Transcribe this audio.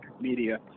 media